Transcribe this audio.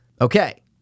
Okay